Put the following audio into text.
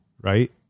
right